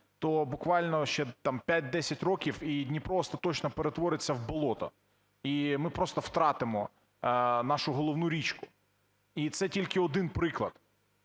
то буквально ще там 5-10 років і Дніпро остаточно перетвориться в болото - і ми просто втратимо нашу головну річку. І це тільки один приклад.